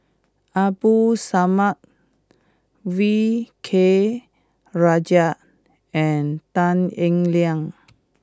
Abdul Samad V K Rajah and Tan Eng Liang